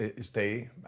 stay